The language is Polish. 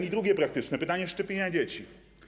I drugie, praktyczne pytanie: szczepienia dzieci.